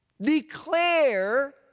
declare